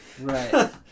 Right